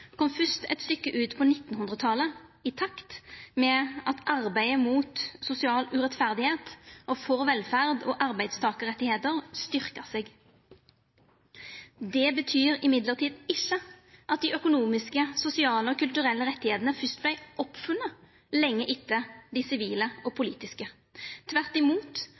kom fyrst eit stykke utpå 1900-talet, i takt med at arbeidet mot sosial urettferd og for velferd og arbeidstakarrettar styrka seg. Det betyr likevel ikkje at dei økonomiske, sosiale og kulturelle rettane fyrst vart funne opp lenge etter dei sivile og politiske – tvert imot.